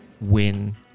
win